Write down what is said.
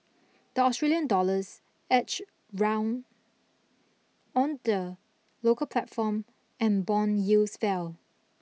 the Australian dollars edged round on the local platform and bond yields fell